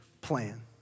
plan